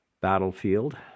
battlefield